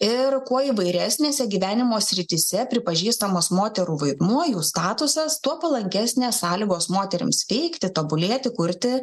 ir kuo įvairesnėse gyvenimo srityse pripažįstamas moterų vaidmuo jų statusas tuo palankesnės sąlygos moterims veikti tobulėti kurti